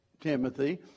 Timothy